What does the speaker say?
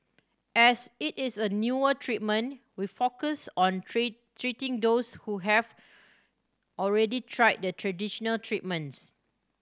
as it is a newer treatment we focus on treating those who have already tried the traditional treatments